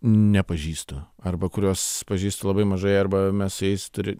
nepažįstu arba kuriuos pažįstu labai mažai arba mes su jais turi